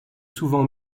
souvent